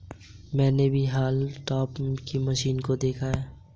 मैंने भी haulm topper की मशीन को देखा है